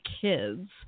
kids